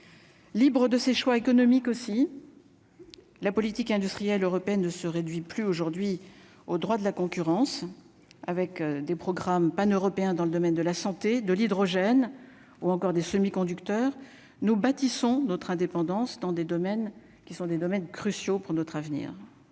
libre de ses choix économiques aussi, la politique industrielle européenne ne se réduit plus aujourd'hui au droit de la concurrence avec des programmes paneuropéen dans le domaine de la santé de l'hydrogène ou encore des semi-conducteurs, nous bâtissons notre indépendance dans des domaines qui sont des domaines cruciaux pour notre avenir.